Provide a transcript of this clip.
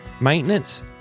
maintenance